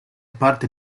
parte